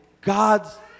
God's